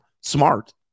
smart